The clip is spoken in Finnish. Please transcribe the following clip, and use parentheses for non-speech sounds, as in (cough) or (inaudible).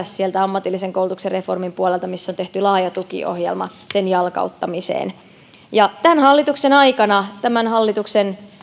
(unintelligible) sieltä ammatillisen koulutuksen reformin puolelta missä on tehty laaja tukiohjelma sen jalkauttamiseen tämän hallituksen aikana tämän hallituksen